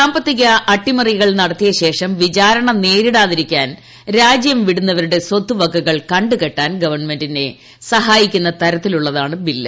സാമ്പത്തിക അട്ടിമറികൾ നടത്തിയശേഷം വിചാരണ നേരിടാതിരിക്കാൻ രാജ്യം വിടുന്നവരുടെ സ്വത്തുവകകൾ കണ്ടുകെട്ടാൻ ഗവൺമെന്റിനെ സഹായിക്കുന്ന തരത്തിലുള്ളതാണ് ബിൽ